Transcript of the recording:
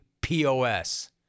POS